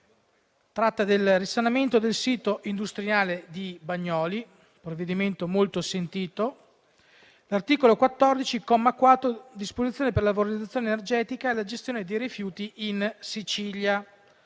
tratta del risanamento del sito industriale di Bagnoli (provvedimento molto sentito). Il comma 4 dell'articolo 14 reca disposizioni per la valorizzazione energetica e la gestione dei rifiuti in Sicilia.